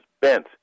bent